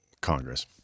Congress